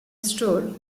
store